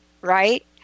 right